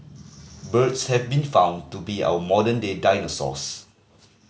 birds have been found to be our modern day dinosaurs